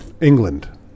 England